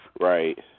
Right